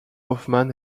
hoffman